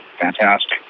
fantastic